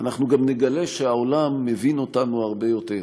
אנחנו גם נגלה שהעולם מבין אותנו הרבה יותר,